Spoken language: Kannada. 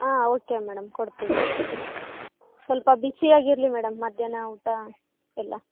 ಹಾಂ ಓಕೆ ಮೇಡಮ್ ಕೊಡ್ತೀವಿ ಸ್ವಲ್ಪ ಬಿಸಿಯಾಗಿರಲಿ ಮೇಡಮ್ ಮಧ್ಯಾಹ್ನ ಊಟ ಎಲ್ಲ